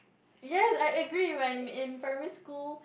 yes I agree man in primary school